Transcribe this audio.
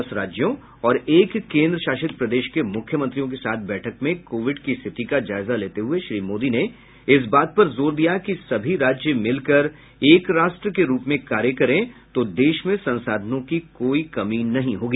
दस राज्यों और एक केंद्रशासित प्रदेश के मुख्यमंत्रियों के साथ बैठक में कोविड की स्थिति का जायजा लेते हुए श्री मोदी ने इस बात पर जोर दिया कि सभी राज्य मिल कर एक राष्ट्र के रूप में कार्य करें तो देश में संसाधनों की कोई कमी नहीं होगी